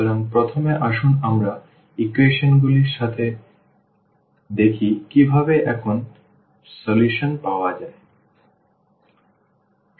সুতরাং প্রথমে আসুন আমরা ইকুয়েশন গুলির সাথে দেখি কীভাবে এখন সমাধান পাওয়া যায়